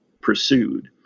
pursued